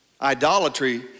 Idolatry